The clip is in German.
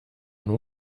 nur